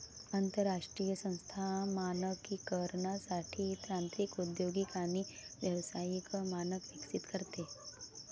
आंतरराष्ट्रीय संस्था मानकीकरणासाठी तांत्रिक औद्योगिक आणि व्यावसायिक मानक विकसित करते